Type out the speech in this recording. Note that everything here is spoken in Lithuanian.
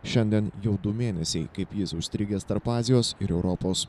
šiandien jau du mėnesiai kaip jis užstrigęs tarp azijos ir europos